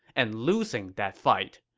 and losing that fight.